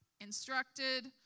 instructed